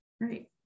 Great